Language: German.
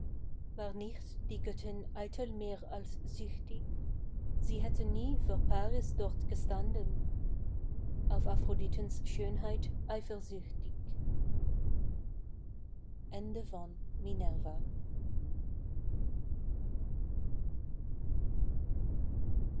war nicht die göttin eitel mehr als züchtig sie hätte nie vor paris dort gestanden auf aphroditens schönheit eifersüchtig